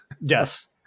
Yes